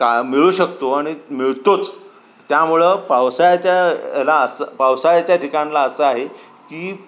का मिळू शकतो आणि मिळतोच त्यामुळं पावसाळ्याच्या याला असं पावसाळ्याच्या ठिकाणाला असं आहे की